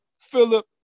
Philip